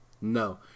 No